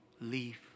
leave